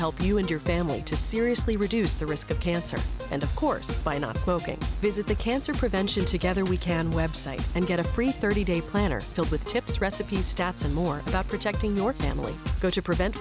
help you and your family to seriously reduce the risk of cancer and course by not smoking visit the cancer prevention together we can website and get a free thirty day planner filled with tips recipes stats and more about protecting your family go to prevent